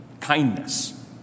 kindness